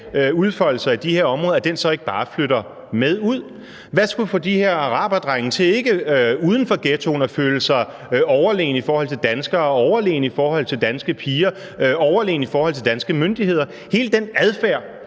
udfolde sig i de her områder, så ikke bare flytter med ud? Hvad skulle få de her araberdrenge til ikke uden for ghettoen at føle sig overlegne i forhold til danskere, overlegne i forhold til danske piger og overlegne i forhold til danske myndigheder – hele den adfærd?